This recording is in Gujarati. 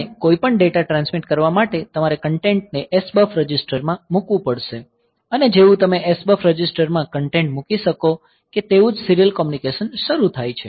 અને કોઈપણ ડેટા ટ્રાન્સમિટ કરવા માટે તમારે કન્ટેન્ટને SBUF રજિસ્ટરમાં મૂકવી પડશે અને જેવું તમે SBUF રજિસ્ટરમાં કન્ટેન્ટ મૂકી શકો કે તેવું જ સીરીયલ કોમ્યુનિકેશન શરૂ થાય છે